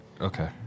okay